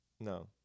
No